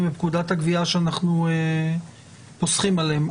בפקודת הגבייה שאנחנו פוסחים עליהם.